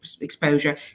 exposure